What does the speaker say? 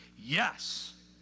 yes